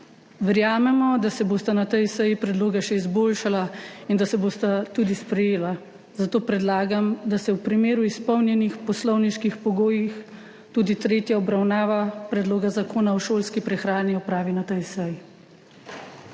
Verjamemo, da se bosta na tej seji predloga še izboljšala in da se bosta tudi sprejela, zato predlagam, da se v primeru izpolnjenih poslovniških pogojev tudi tretja obravnava Predloga zakona o šolski prehrani opravi na tej seji.